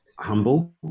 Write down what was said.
Humble